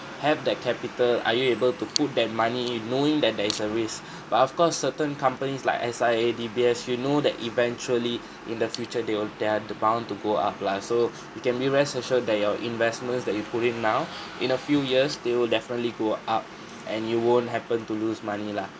have that capital are you able to put that money knowing that there is a risk but of course certain companies like S_I_A D_B_S you know that eventually in the future they will they are to bound to go up lah so you can be rest assured that your investments that you put in now in a few years they will definitely go up and you won't happen to lose money lah